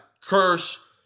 Curse